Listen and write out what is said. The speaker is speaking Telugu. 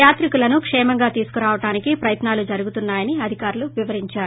యాత్రికులను క్షేమంగా తీసుకురావడానికి ప్రయత్నాలు జరుగుతున్నాయని అధికారులు వివరించారు